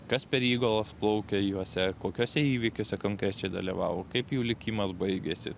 kas per įgula plaukia juose kokiose įvykiuose konkrečiai dalyvavo kaip jų likimas baigėsi